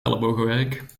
ellebogenwerk